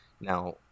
Now